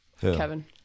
Kevin